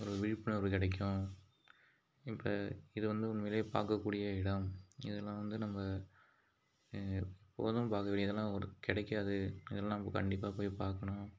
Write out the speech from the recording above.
ஒரு விழிப்புணர்வு கிடைக்கும் இப்போ இது வந்து உண்மையிலேயே பார்க்கக்கூடிய இடம் இதெல்லாம் வந்து நம்ம எப்போதும் பார்க்கக்கூடிய இதெல்லாம் ஒரு கிடைக்காது இதெல்லாம் நம்ம கண்டிப்பாக போய் பார்க்கணும்